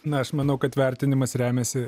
na aš manau kad vertinimas remiasi